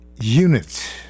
unit